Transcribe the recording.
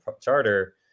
charter